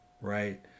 right